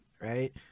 right